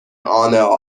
honour